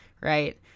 right